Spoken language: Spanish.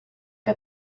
que